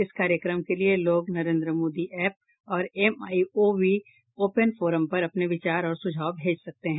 इस कार्यक्रम के लिए लोग नरेन्द्र मोदी ऐप और माईजीओवी ओपन फोरम पर अपने विचार और सुझाव भेज सकते हैं